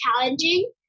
challenging